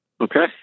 Okay